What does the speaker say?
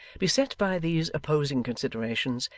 beset by these opposing considerations,